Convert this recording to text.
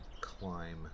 climb